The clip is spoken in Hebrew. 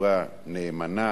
בצורה נאמנה